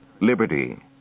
liberty